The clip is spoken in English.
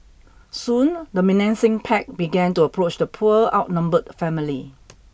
soon the menacing pack began to approach the poor outnumbered family